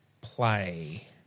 play